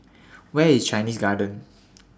Where IS Chinese Garden